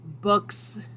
books